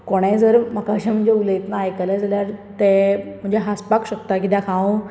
कोणेय जर म्हाका जर अशें उलयतना आयकले जाल्यार ते मागीर हांसपाक शकता कित्याक हांव